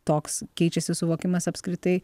toks keičiasi suvokimas apskritai